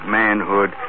manhood